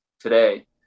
today